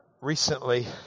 recently